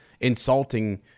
insulting